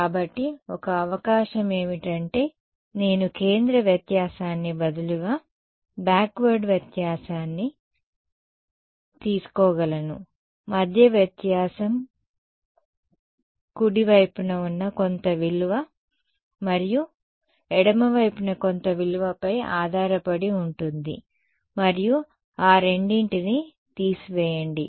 కాబట్టి ఒక అవకాశం ఏమిటంటే నేను కేంద్ర వ్యత్యాసాన్ని బదులుగా బ్యాక్వర్డ్ వ్యత్యాసాన్ని తీసుకోగలను మధ్య వ్యత్యాసం కుడి వైపున ఉన్న కొంత విలువ మరియు ఎడమ వైపున కొంత విలువపై ఆధారపడి ఉంటుంది మరియు ఆ రెండింటిని తీసివేయండి